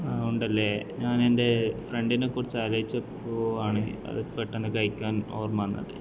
ആഹ് ഉണ്ടല്ലേ ഞാനെൻ്റെ ഫ്രണ്ടിനെ കുറിച്ച് ആലോചിച്ചപ്പോൾ ആണ് അത് പെട്ടെന്ന് കഴിക്കാൻ ഓർമ്മ വന്നത്